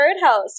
birdhouse